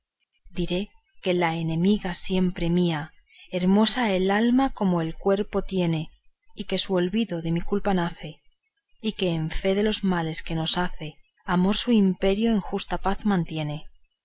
diré que la enemiga siempre mía hermosa el alma como el cuerpo tiene y que su olvido de mi culpa nace y que en fe de los males que nos hace amor su imperio en justa paz mantiene